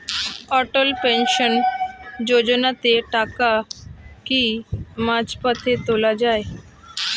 অটল pension যোজনাতে টাকা কি মাঝপথে তোলা যায়?